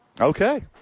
Okay